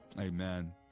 amen